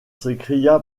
s’écria